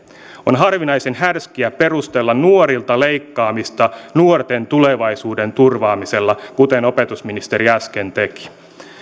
on harvinaisen härskiä perustella nuorilta leikkaamista nuorten tulevaisuuden turvaamisella kuten opetusministeri äsken teki